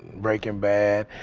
breaking bad.